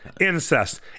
Incest